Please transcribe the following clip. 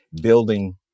building